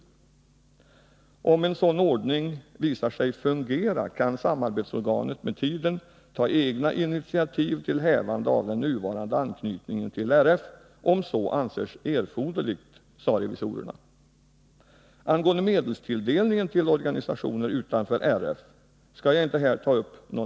Enligt förslaget skulle, om en sådan ordning visade sig fungera, samarbetsorganet med tiden kunna ta egna initiativ till hävande av den nuvarande anknytningen till RF, om så ansågs erforderligt. Jag skall här inte ta upp någon debatt om medelstilldelningen till organisationer utanför RF.